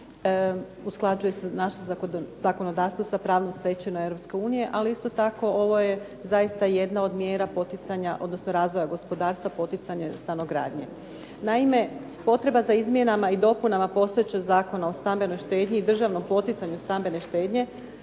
usklađuje se naše zakonodavstvo sa pravnom stečevinom EU, ali isto tako ovo je zaista jedna od mjera poticanja, odnosno razvoja gospodarstva poticane stanogradnje. Naime, potreba za izmjenama i dopunama postojećeg Zakona o stambenoj štednji i državnom poticanju stambene štednje